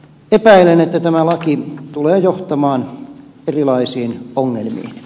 epäilen että tämä laki tulee johtamaan erilaisiin ongelmiin